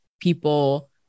people